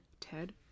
Ted